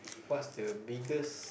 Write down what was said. what's the biggest